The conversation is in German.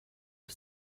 auf